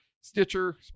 Stitcher